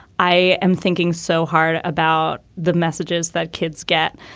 i am thinking so hard about the messages that kids get.